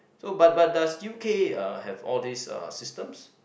so but but does U_K uh have all this uh systems